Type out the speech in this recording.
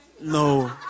No